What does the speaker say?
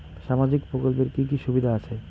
সামাজিক প্রকল্পের কি কি সুবিধা আছে?